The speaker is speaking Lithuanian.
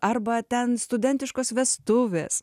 arba ten studentiškos vestuvės